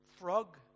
frog